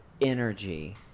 energy